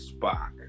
Spock